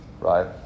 Right